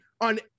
on